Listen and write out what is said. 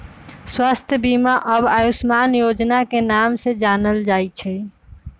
स्वास्थ्य बीमा अब आयुष्मान योजना के नाम से जानल जाई छई